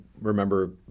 remember